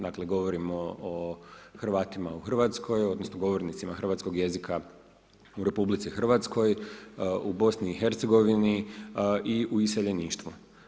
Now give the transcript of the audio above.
Dakle, govorimo o Hrvatima u RH, odnosno govornicima hrvatskog jezika u RH, u BIH i u iseljeništvu.